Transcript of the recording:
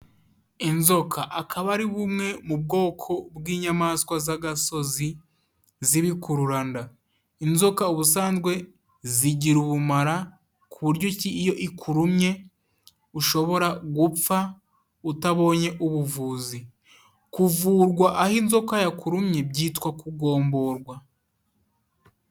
Inzoka akaba ari bumwe mu bwoko bw'inyamaswa z'agasozi z'ibikururanda, inzoka ubusanzwe zigira ubumara ku buryoki iyo ikurumye ushobora gupfa utabonye ubuvuzi, kuvurwa aho inzoka yakurumye byitwa kugomborwa.